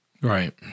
Right